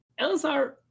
Elzar